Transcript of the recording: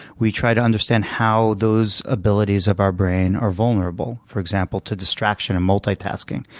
we try to understand how those abilities of our brain are vulnerable, for example to distraction in multitasking.